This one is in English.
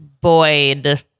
Boyd